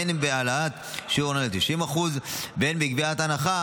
הן בהעלאת שיעור ההנחה ל-90% והן בקביעת הנחה